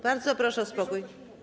Bardzo proszę o spokój.